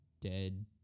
dead